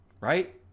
right